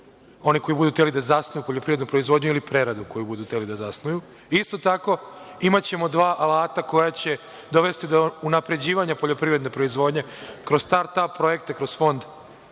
onima koju budu hteli da zasnuju poljoprivrednu proizvodnju ili preradu koju budu hteli da zasnuju. Isto tako, imaćemo dva alata koja će dovesti do unapređivanja poljoprivredne proizvodnje, kroz start ap projekte, kroz Fond za razvoj,